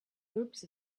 groups